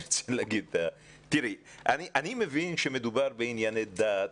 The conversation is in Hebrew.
אני מבין שכאשר מדובר בענייני דת,